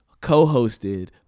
co-hosted